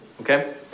okay